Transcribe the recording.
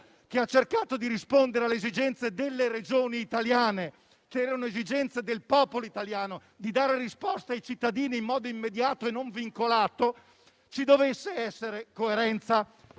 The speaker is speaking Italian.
che ha cercato di rispondere alle esigenze delle Regioni italiane, che sono anche quelle del popolo italiano, offrendo risposte ai cittadini in modo immediato e non vincolato, ci dovesse essere coerenza.